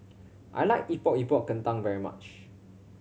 I like Epok Epok Kentang very much